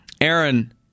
Aaron